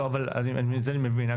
זה אני מבין.